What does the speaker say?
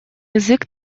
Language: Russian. язык